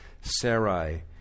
Sarai